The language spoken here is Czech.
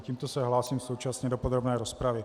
Tímto se hlásím současně do podrobné rozpravy.